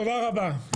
תודה רבה.